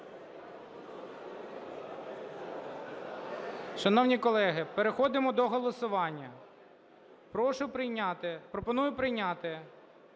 Шановні колеги, переходимо до голосування. Прошу прийняти, пропоную прийняти